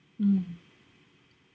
mm